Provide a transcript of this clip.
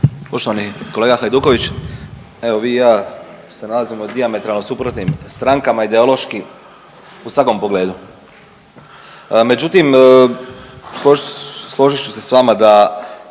Poštovani kolega Hajduković, evo vi i ja se nalazimo na dijametralno suprotnim strankama ideološki u svakom pogledu. Međutim, složit ću se s vama da